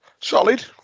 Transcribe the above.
Solid